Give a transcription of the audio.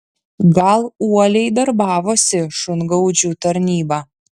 gal uoliai darbavosi šungaudžių tarnyba